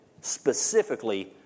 specifically